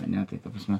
ar ne tai ta prasme